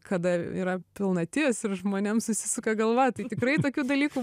kada yra pilnatis ir žmonėm susisuka galva tai tikrai tokių dalykų